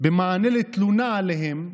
במענה לתלונה עליהם,